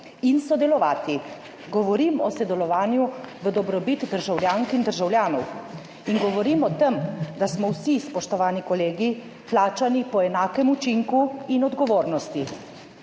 in sodelovati. Govorim o sodelovanju v dobrobit državljank in državljanov in govorim o tem, da smo vsi, spoštovani kolegi, plačani po enakem učinku in odgovornosti.